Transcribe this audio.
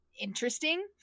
interesting